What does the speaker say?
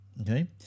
Okay